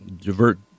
divert